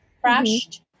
crashed